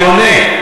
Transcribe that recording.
אני עונה.